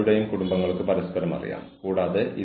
കൂടാതെ സാഹചര്യം ന്യായമായ രീതിയിൽ വിലയിരുത്തണം